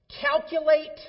calculate